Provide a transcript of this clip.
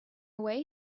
way